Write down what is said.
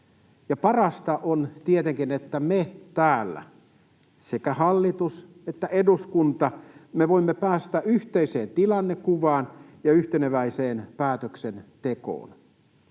parasta on tietenkin, että me täällä, sekä hallitus että eduskunta, voimme päästä yhteiseen tilannekuvaan ja yhteneväiseen päätöksentekoon.